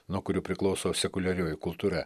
nuo kurių priklauso sekuliarioji kultūra